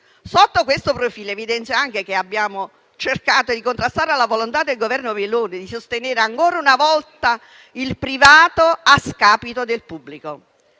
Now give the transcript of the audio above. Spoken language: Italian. Sotto questo profilo evidenzio anche che abbiamo cercato di contrastare la volontà del Governo Meloni di sostenere ancora una volta il privato a scapito del pubblico.